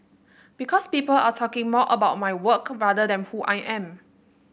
because people are talking more about my work rather than who I am